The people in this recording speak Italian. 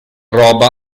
roba